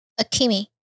Akimi